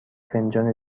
فنجان